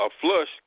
flush